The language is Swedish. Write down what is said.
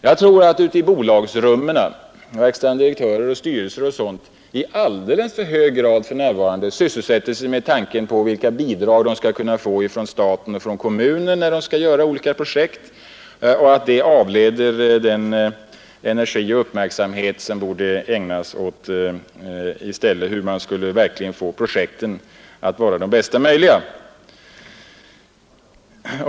Jag tror att man i bolagsrummen, bland verkställande direktörer och styrelser för närvarande i alldeles för hög grad sysselsätter sig med tankar på vilka bidrag man skall kunna få från staten eller från kommunen för olika projekt och att detta avleder den energi och uppmärksamhet som i stället borde ägnas frågan hur man på bästa möjliga sätt skall utforma projekten.